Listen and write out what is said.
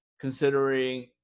considering